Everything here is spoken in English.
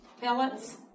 pellets